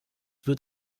wird